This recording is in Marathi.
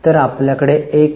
तर आपल्याकडे 1